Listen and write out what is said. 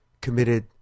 committed